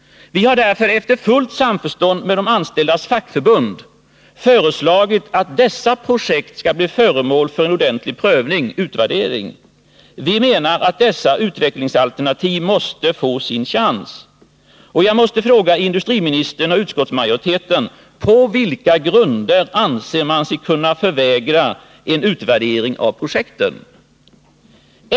Vi har därför i fullt samförstånd med de anställdas fackförbund föreslagit att dessa projekt skall bli föremål för en ordentlig prövning, en utvärdering. Vi menar att dessa utvecklingsalternativ måste få sin chans. Jag måste fråga industriministern och utskottsmajoriteten: På vilka grunder anser man sig kunna vägra en utvärdering av projekten?